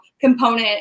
component